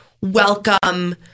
welcome